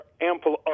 ample